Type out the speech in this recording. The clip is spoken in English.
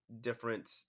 different